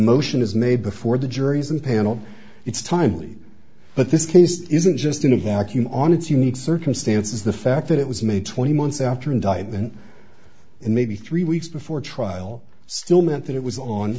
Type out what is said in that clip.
motion is made before the juries and panel it's timely but this case isn't just in a vacuum on its unique circumstances the fact that it was made twenty months after indictment and maybe three weeks before trial still meant that it was on